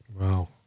Wow